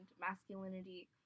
masculinity